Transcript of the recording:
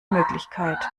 möglichkeit